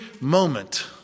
moment